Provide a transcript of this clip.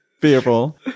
fearful